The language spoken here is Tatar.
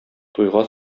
туйга